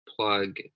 plug